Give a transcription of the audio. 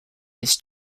his